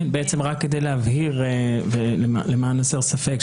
רק כדי להבהיר ולמען הסר ספק.